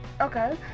Okay